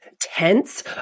tense